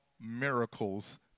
miracles